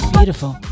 Beautiful